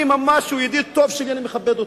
אני ממש, הוא ידיד טוב שלי, אני מכבד אותו,